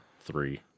three